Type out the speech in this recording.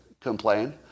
complain